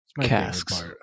casks